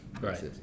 right